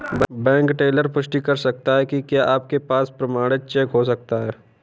Bank teller पुष्टि कर सकता है कि क्या आपके पास प्रमाणित चेक हो सकता है?